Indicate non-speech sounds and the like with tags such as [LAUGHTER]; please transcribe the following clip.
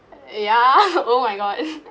ya [LAUGHS] oh my god